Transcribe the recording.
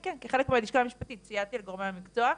כן, כחלק מהלשכה המשפטית סייעתי לגורמי המקצוע.